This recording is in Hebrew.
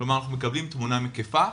כלומר אנחנו מקבלים תמונה מקיפה.